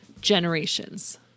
generations